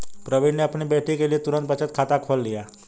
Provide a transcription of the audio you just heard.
प्रवीण ने अपनी बेटी के लिए तुरंत बचत खाता खोल लिया